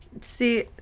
See